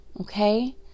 Okay